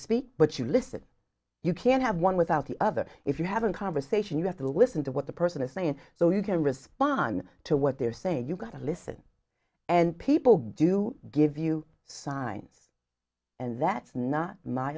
speak but you listen you can't have one without the other if you have a conversation you have to listen to what the person is saying though you can respond to what they're saying you've got to listen and people do give you signs and that's not my